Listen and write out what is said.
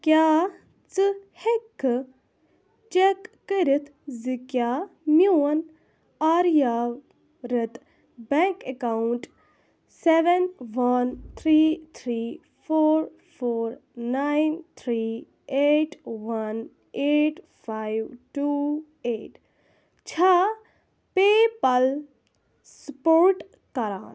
کیٛاہ ژٕ ہیٚککھہٕ چَک کٔرِتھ زِ کیٛاہ میون آریاو رٕت bank account seven one three three four four nine three eight one eight five two eight چھےٚ پے پَل سٕپوٹ کَران